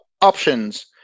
options